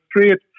street